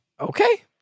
Okay